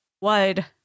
wide